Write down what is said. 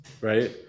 right